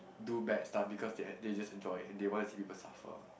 do bad stuff because they they just enjoy it and they want to see people suffer